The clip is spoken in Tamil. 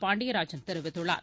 பாண்டியராஜன் தெரிவித்துள்ளார்